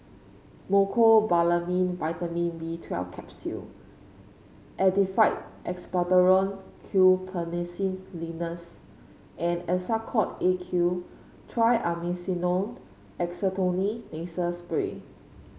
Mecobalamin Vitamin B Twelve Capsule Actified Expectorant Guaiphenesin Linctus and Nasacort A Q Triamcinolone Acetonide Nasal Spray